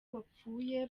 wapfuye